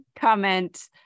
comment